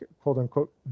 quote-unquote